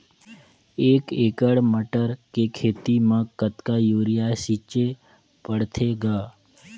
एक एकड़ मटर के खेती म कतका युरिया छीचे पढ़थे ग?